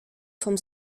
vom